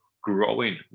growing